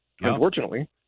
unfortunately